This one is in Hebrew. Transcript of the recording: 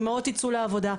האמהות ייצאו לעבודה,